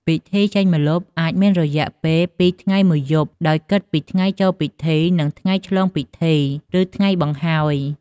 ពិធីចេញម្លប់អាចមានរយៈពេល ២ ថ្ងៃ ១ យប់ ដោយគិតពីថ្ងៃចូលពិធី និងថ្ងៃឆ្លងពិធី ឬថ្ងៃបង្ហើយ។